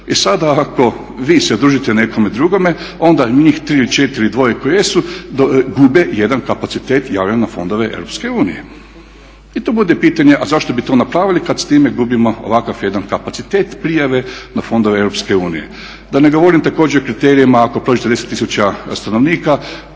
…/Govornik se ne razumije./… nekome drugome, onda njih 3 ili 4 ili dvoje koji jesu gube jedan kapacitet javljanja na fondove EU. I tu bude pitanje a zašto bi to napravili kad s time gubimo ovakav jedan kapacitet prijave na fondove EU. Da ne govorim također o kriterijima ako prođete 10000 stanovnika